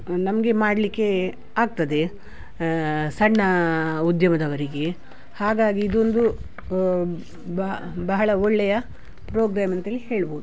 ನಮಗೆ ಮಾಡ್ಲಿಕ್ಕೆ ಆಗ್ತದೆ ಸಣ್ಣ ಉದ್ಯಮದವರಿಗೆ ಹಾಗಾಗಿ ಇದೊಂದು ಬ ಬಹಳ ಒಳ್ಳೆಯ ಪ್ರೋಗ್ರೇಮ್ ಅಂತೇಳಿ ಹೇಳ್ಬೋದು